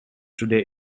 today